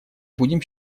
будем